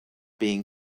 being